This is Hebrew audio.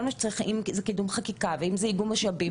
מה שצריך קידום חקיקה ואיגום משאבים